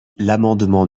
l’amendement